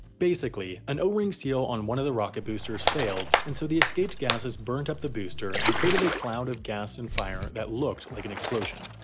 basically, an o-ring seal on one of the rocket boosters failed and so the escaped gasses burnt up the booster and created a cloud of gas and fire that looked like an explosion.